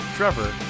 Trevor